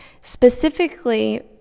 specifically